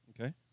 Okay